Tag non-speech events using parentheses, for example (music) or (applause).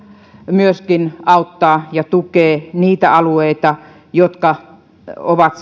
myöskin auttaa ja tukee niitä alueita jotka ovat (unintelligible)